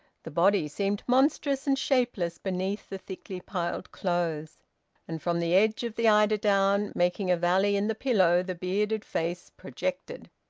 the body seemed monstrous and shapeless beneath the thickly piled clothes and from the edge of the eider-down, making a valley in the pillow, the bearded face projected,